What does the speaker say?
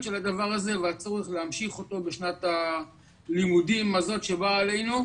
של הדבר הזה ועל הצורך להמשיך אותו בשנת הלימודים הזאת שבאה עלינו,